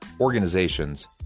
organizations